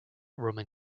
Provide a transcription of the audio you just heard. roman